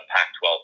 Pac-12